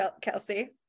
Kelsey